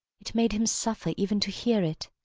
it made him suffer even to hear it.